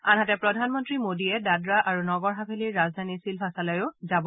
আনহাতে প্ৰধানমন্ত্ৰী মোদীয়ে দাদৰা আৰু নগৰ হাভেলীৰ ৰাজধানী ছিলভাছালৈ ৰাওনা হ'ব